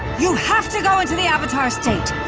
you have to go into the avatar state!